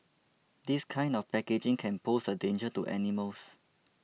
this kind of packaging can pose a danger to animals